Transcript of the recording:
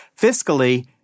Fiscally